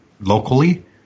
locally